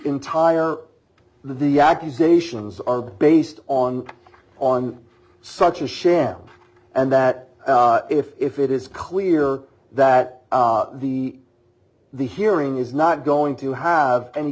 entire the accusations are based on on such a sham and that if it is clear that the the hearing is not going to have any